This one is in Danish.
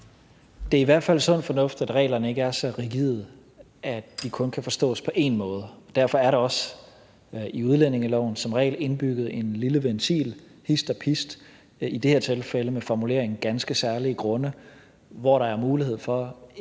Det er i hvert fald sund fornuft, at reglerne ikke er så rigide, at de kun kan forstås på én måde. Derfor er der også i udlændingeloven som regel indbygget en lille ventil hist og pist – i det her tilfælde med formuleringen ganske særlige grunde – hvor der er mulighed for ikke